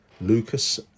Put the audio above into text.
Lucas